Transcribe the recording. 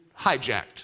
hijacked